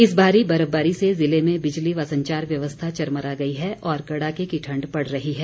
इस भारी बर्फबारी से जिले में बिजली व संचार व्यवस्था चरमरा गई है और कड़ाके की ठण्ड पड़ रही है